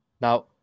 Now